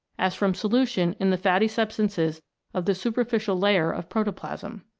as from solution in the fatty substances of the superficial layer of protoplasm.